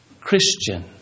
Christian